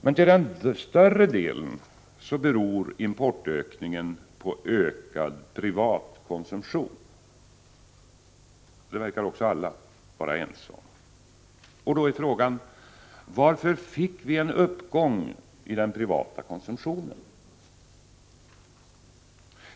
Men till den större delen beror importökningen på ökad privat konsumtion. Det verkar också alla vara ense om. Då är frågan: Varför fick vi en uppgång i den privata konsumtionen?